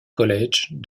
college